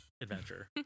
adventure